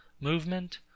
movement